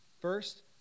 First